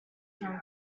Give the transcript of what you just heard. from